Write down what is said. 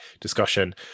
discussion